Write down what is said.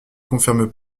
confirment